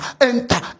enter